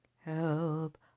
help